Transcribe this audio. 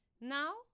Now